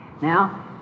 Now